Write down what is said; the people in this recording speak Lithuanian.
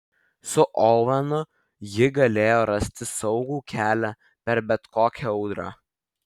su ovenu ji galėjo rasti saugų kelią per bet kokią audrą